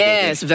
Yes